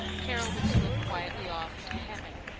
carol would slip quietly off into heaven,